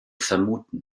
vermuten